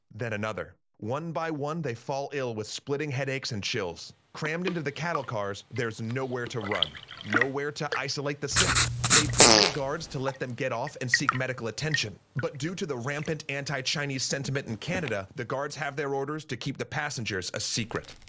then another. one by one they fall ill with splitting headaches and chills. crammed into the cattle cars, there's nowhere to run nowhere to isolate the sick. they beg the guards to let them get off and seek medical attention, but due to the rampant anti-chinese sentiment in canada, the guards have their orders to keep the passengers a secret.